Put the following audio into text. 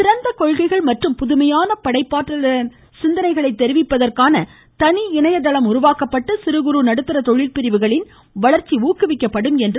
சிறந்த கொள்கைகள் மற்றும் புதுமையான படைப்பாற்றல் சிந்தனைகளை தெரிவிப்பதற்கான தனி இணையதளம் உருவாக்கப்பட்டு சிறு குறு நடுத்தர தொழில் பிரிவுகளின் வளர்ச்சி ஊக்குவிக்கப்படும் என்றார்